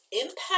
Impact